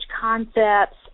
concepts